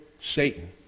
Satan